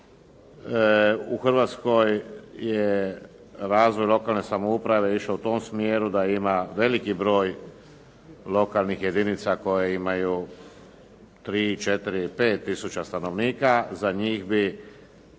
U Hrvatskoj je razvoj lokalne samouprave išao u tom smjeru da ima veliki broj lokalnih jedinica koje imaju 3, 4, 5 tisuća stanovnika. Za njih bi